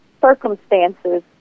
circumstances